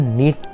need